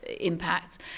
impacts